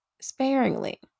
sparingly